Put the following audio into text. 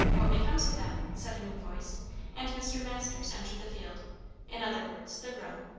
what becomes of them? said a new voice and mr. masters entered the field in other words, the room.